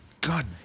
god